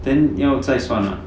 then 要再算 ah